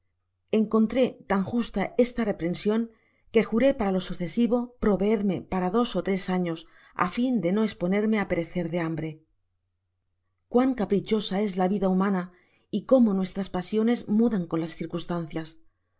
encontré tan justa esta reprension que juré para lo sucesivo proveerme para dos ó toes años á fin de no esponerme á perecer de hambre jgttán caprichosa es la vida humana y cómo nuestras pasiones mudan con las circunstancias